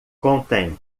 contém